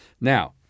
Now